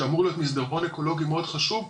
שאמור להיות מסדרון אקולוגי מאוד חשוב,